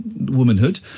womanhood